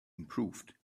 improved